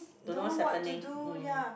don't know what's happening mm